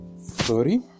Sorry